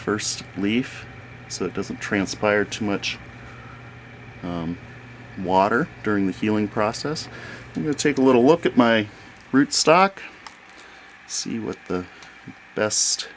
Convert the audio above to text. first leaf so that doesn't transpire too much water during the feeling process to take a little look at my root stock see what the best